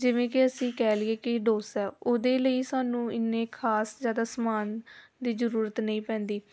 ਜਿਵੇਂ ਕਿ ਅਸੀਂ ਕਹਿ ਲਈਏ ਕਿ ਡੋਸਾ ਉਹਦੇ ਲਈ ਸਾਨੂੰ ਇੰਨੇ ਖਾਸ ਜ਼ਿਆਦਾ ਸਾਮਾਨ ਦੀ ਜ਼ਰੂਰਤ ਨਹੀਂ ਪੈਂਦੀ